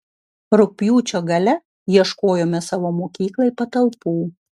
rugpjūčio gale ieškojome savo mokyklai patalpų